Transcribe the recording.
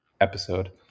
episode